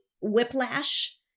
whiplash